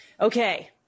Okay